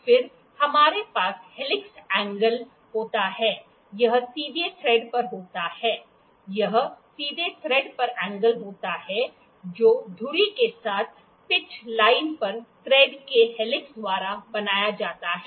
फिर हमारे पास हेलिक्स एंगल होता है यह सीधे थ्रेड पर होता है यह सीधे थ्रेड पर एंगल होता है जो धुरी के साथ पिच लाइन पर थ्रेड के हेलिक्स द्वारा बनाया जाता है